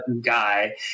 guy